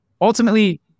Ultimately